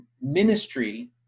ministry